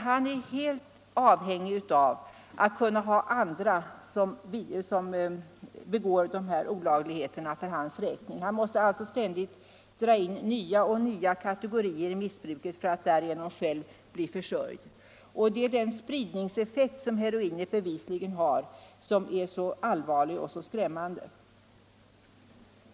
Han är helt avhängig av att andra begår dessa olagligheter för hans räkning. Han måste ständigt dra in nya människor i missbruket för att därigenom själv bli försörjd. Det är den spridningseffekt som heroinet bevisligen har och som är så allvarlig och så skrämmande.